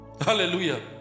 Hallelujah